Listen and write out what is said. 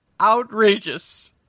outrageous